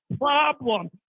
problem